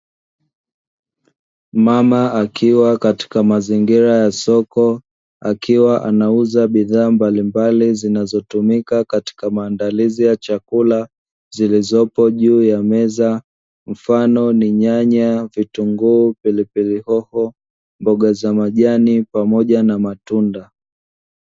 Mama akiwa katika mazingira ya soko akiwa anauza bidhaa mbalimbali zinazotumika katika maandalizi ya chakula zilizopo juu ya meza mfano ni; nyanya, vitunguu, pilipili hoho, mboga za majani pamoja na matunda.